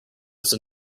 about